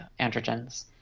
androgens